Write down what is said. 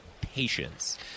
patience